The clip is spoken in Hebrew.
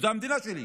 זאת המדינה שלי,